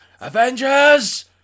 Avengers